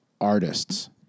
artists